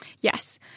Yes